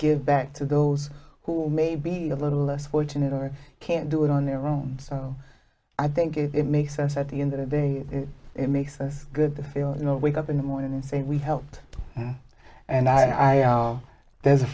give back to those who may be a little less fortunate or can't do it on their own so i think it makes us at the end of day it makes us good to feel you know wake up in the morning and say we helped and i there's a